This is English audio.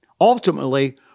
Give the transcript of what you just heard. ultimately